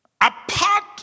Apart